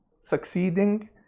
succeeding